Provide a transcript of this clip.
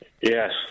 Yes